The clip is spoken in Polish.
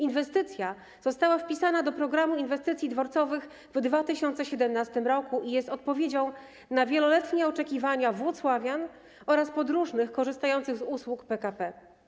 Inwestycja została wpisana do „Programu inwestycji dworcowych” w 2017 r. i jest odpowiedzią na wieloletnie oczekiwania włocławian oraz podróżnych korzystających z usług PKP.